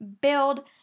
build